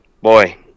Boy